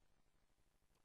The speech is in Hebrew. סדר-היום.